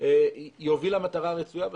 תוביל למטרה הרצויה בסוף.